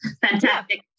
fantastic